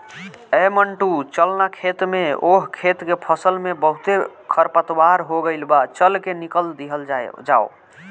ऐ मंटू चल ना खेत में ओह खेत के फसल में बहुते खरपतवार हो गइल बा, चल के निकल दिहल जाव